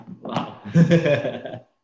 Wow